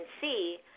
see